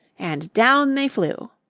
and down they flew.